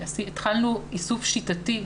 התחלנו איסוף שיטתי.